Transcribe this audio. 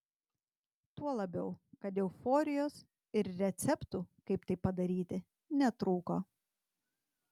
tuo labiau kad euforijos ir receptų kaip tai padaryti netrūko